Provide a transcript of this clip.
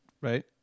right